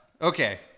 Okay